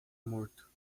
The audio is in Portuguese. morto